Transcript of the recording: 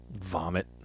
Vomit